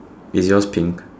is yours pink